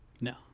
No